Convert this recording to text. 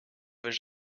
veux